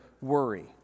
worry